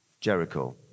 Jericho